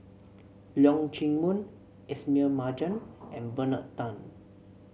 Leong Chee Mun Ismail Marjan and Bernard Tan